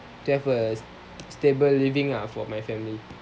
to have a stable living ah for my family